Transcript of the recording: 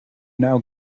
now